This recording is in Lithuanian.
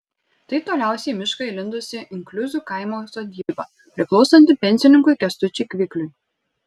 tai toliausiai į mišką įlindusi inkliuzų kaimo sodyba priklausanti pensininkui kęstučiui kvikliui